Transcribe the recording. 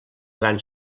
gran